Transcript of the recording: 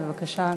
בבקשה.